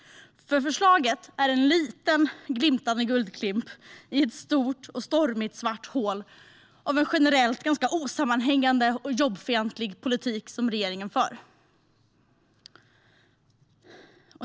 Förslaget är en liten, glimtande guldklimp i ett stort och stormigt svart hål av en generellt ganska osammanhängande och jobbfientlig politik som regeringen för.